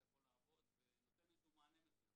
אני חושב שזה יכול לעבוד ונותן איזשהו מענה מסוים,